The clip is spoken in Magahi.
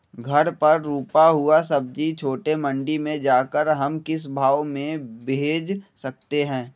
घर पर रूपा हुआ सब्जी छोटे मंडी में जाकर हम किस भाव में भेज सकते हैं?